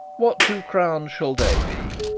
what two crowns shall they be?